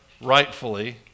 rightfully